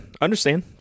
understand